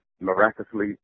Miraculously